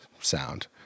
sound